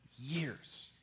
years